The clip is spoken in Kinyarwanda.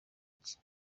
iki